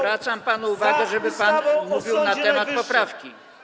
zwracam panu uwagę, żeby pan mówił na temat poprawki.